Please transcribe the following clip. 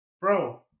Bro